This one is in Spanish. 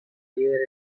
líder